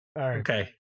okay